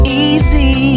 easy